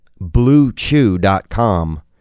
Bluechew.com